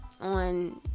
on